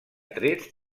trets